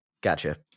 Gotcha